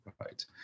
right